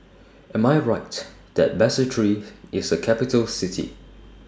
Am I Right that Basseterre IS A Capital City